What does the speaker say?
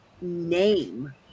name